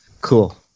Cool